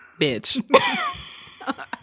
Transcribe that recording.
bitch